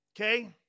Okay